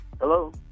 Hello